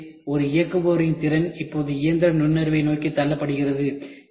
எனவே ஒரு இயக்குபவரின் திறன் இப்போது இயந்திர நுண்ணறிவை நோக்கித் தள்ளப்படுகிறது